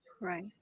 Right